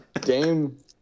Game